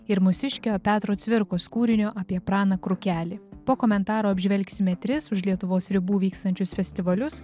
ir mūsiškio petro cvirkos kūrinio apie praną krukelį po komentaro apžvelgsime tris už lietuvos ribų vykstančius festivalius